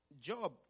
Job